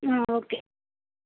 okay